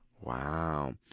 Wow